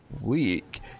week